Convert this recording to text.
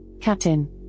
captain